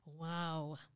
Wow